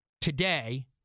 today